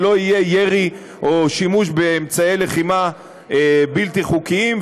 ולא יהיה ירי או שימוש באמצעי לחימה בלתי חוקיים,